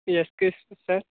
excuse me sir